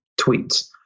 tweets